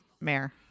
mayor